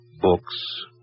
books